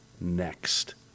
next